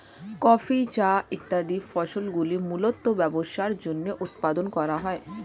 coffee, চা ইত্যাদি ফসলগুলি মূলতঃ ব্যবসার জন্য উৎপাদন করা হয়